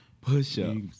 Push-ups